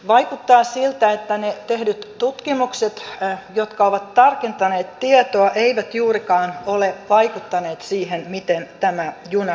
vaikuttaa siltä että ne tehdyt tutkimukset jotka ovat tarkentaneet tietoa eivät juurikaan ole vaikuttaneet siihen miten tämä juna kulkee